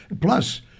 Plus